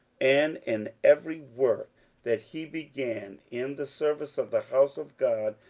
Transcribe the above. and in every work that he began in the service of the house of god,